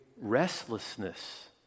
restlessness